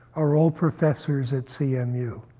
are all professors at cmu.